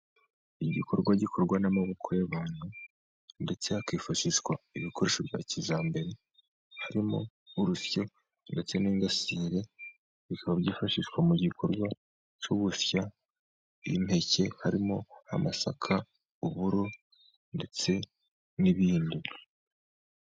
Igikorwa gikorwa n'amaboko y'abantu, ndetse hakifashishwa ibikoresho bya kijyambere, harimo urusyo ndetse n'ingasire, bikaba byifashishwa mu gikorwa cyo gusya impeke harimo amasaka, uburo ndetse n'ibindi.